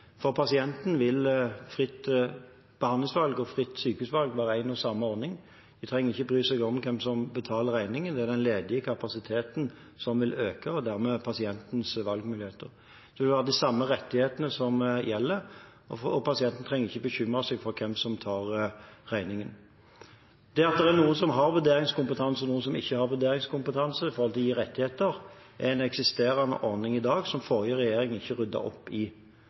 For pasienten vil fritt behandlingsvalg og fritt sykehusvalg være en og samme ordning. De trenger ikke å bry seg om hvem som betaler regningen. Det er den ledige kapasiteten som vil øke, og dermed pasientens valgmuligheter. Det vil være de samme rettighetene som gjelder, og pasienten trenger ikke å bekymre seg for hvem som tar regningen. Det at det er noen som har vurderingskompetanse, og noen som ikke har vurderingskompetanse til å gi rettigheter, er en eksisterende ordning i dag som den forrige regjering ikke ryddet opp i.